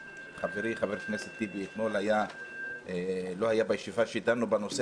חברי חבר הכנסת טיבי אתמול לא היה בישיבה שדנו בנושא